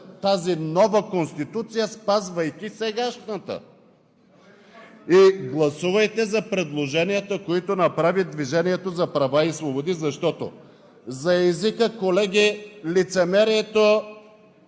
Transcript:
тази нова Конституция, спазвайки сегашната! И гласувайте за предложенията, които направи „Движението за права и свободи“, защото за езика, колеги, лицемерието